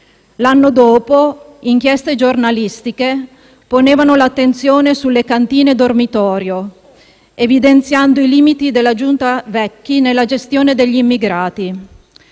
L'anno dopo, inchieste giornalistiche ponevano l'attenzione sulle cantine - dormitorio, evidenziando i limiti della giunta Vecchi nella gestione degli immigrati.